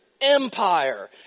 empire